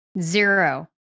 zero